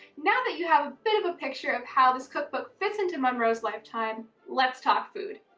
now that you have a bit of a picture of how this cookbook fits into monroe's lifetime, let's talk food.